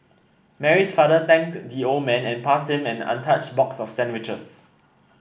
Mary's father thanked the old man and passed him an untouched box of sandwiches